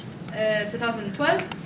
2012